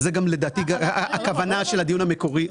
וזו גם לדעתי הכוונה של הדיון המקורי,